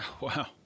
Wow